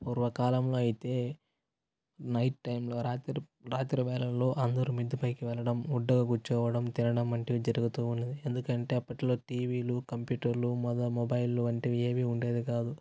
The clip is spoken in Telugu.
పూర్వకాలంలో అయితే నైట్ టైంలో రాత్రి రాత్రి వేళలో అందరూ మిద్ది పైకి వెళ్లడం కూర్చోవడం తినడం వంటివి జరుగుతూ ఉన్నది ఎందుకంటే అప్పట్లో టీవీలు కంప్యూటర్లు మొద మొబైల్లు వంటివి ఏవీ ఉండేది కాదు